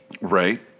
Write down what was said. Right